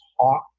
talk